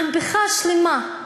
מהפכה שלמה: